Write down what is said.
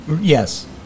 Yes